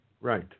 right